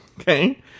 Okay